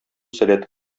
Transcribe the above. сәләте